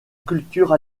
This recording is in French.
culture